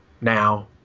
now